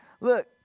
look